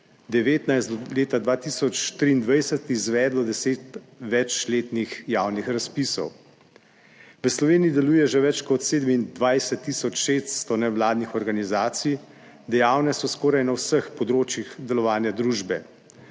do leta 2023 izvedlo 10 več letnih javnih razpisov. V Sloveniji deluje že več kot 27 tisoč 600 nevladnih organizacij, dejavne so skoraj na vseh področjih delovanja družbe.